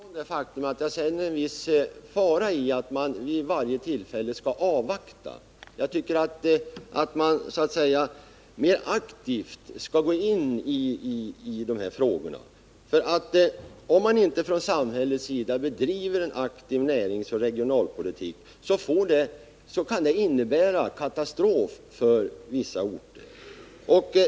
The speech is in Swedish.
Herr talman! Jag kommer inte ifrån att jag känner att det ligger en viss fara i att man vid varje tillfälle skall avvakta. Jag tycker att man mer aktivt skall gå in i de här frågorna. Om man inte från samhällets sida bedriver en aktiv näringsoch regionalpolitik kan det innebära en katastrof för vissa orter.